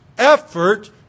Effort